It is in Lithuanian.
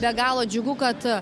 be galo džiugu kad